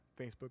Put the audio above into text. facebook